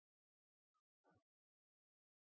Takk,